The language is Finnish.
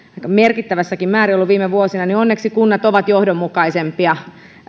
merkittävässäkin määrin viime vuosina niin onneksi kunnat ovat johdonmukaisempia